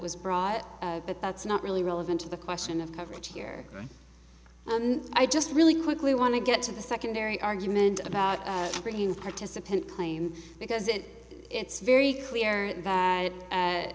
was brought but that's not really relevant to the question of coverage here i just really quickly want to get to the secondary argument about bringing participant claim because it it's very clear that